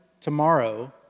tomorrow